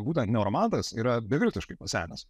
būtent nouromantas yra beviltiškai pasenęs